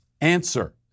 Answer